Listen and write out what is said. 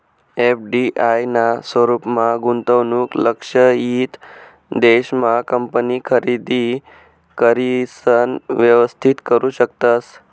FDI ना स्वरूपमा गुंतवणूक लक्षयित देश मा कंपनी खरेदी करिसन व्यवस्थित करू शकतस